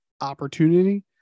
opportunity